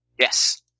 yes